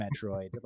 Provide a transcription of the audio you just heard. Metroid